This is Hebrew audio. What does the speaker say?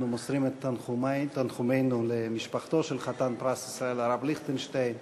אנחנו מוסרים את תנחומינו למשפחתו של חתן פרס ישראל הרב ליכטנשטיין